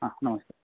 हा नमस्ते